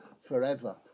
forever